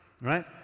Right